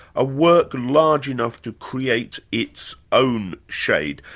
a work large enough to create its own shade.